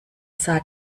sah